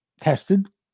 tested